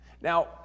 Now